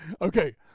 okay